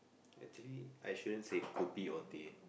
actually I shouldn't say kopi or teh